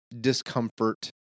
discomfort